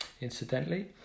incidentally